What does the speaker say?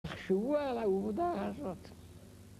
חשבו על העובדה הזאת